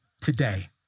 today